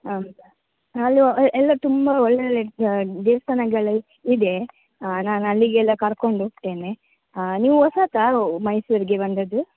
ಹಾಂ ಹಲೋ ಎಲ್ಲ ತುಂಬ ಒಳ್ಳೊಳ್ಳೆಯ ದೇವಸ್ಥಾನಗಳು ಇದೆ ಹಾಂ ನಾನು ಅಲ್ಲಿಗೆಲ್ಲ ಕರ್ಕೊಂಡು ಹೋಗ್ತೇನೆ ನೀವು ಹೊಸತಾ ಮೈಸೂರಿಗೆ ಬಂದದ್ದು